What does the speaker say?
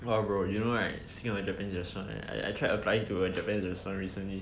!wah! bro you know right speaking of a japanese restaurant and I tried applying to japanese restaurant recently